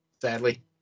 sadly